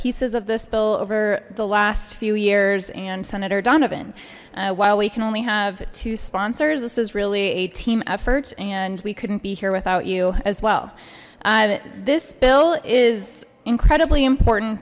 pieces of this bill over the last few years and senator donovan while we can only have two sponsors this is really a team effort and we couldn't be here without you as well this bill is incredibly important